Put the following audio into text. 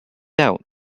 out